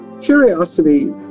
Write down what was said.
curiosity